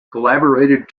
collaborated